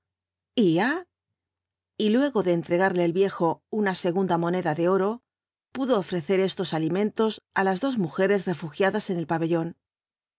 iaf y luego de entregarle el viejo una segunda moneda de oro pudo ofrecer estos alimentos á las dos mujeres refugiadas en el pabellón